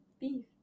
Beef